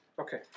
Okay